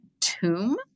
tomb